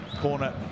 Corner